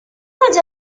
dels